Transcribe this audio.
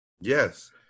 Yes